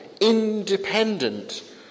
independent